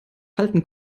halten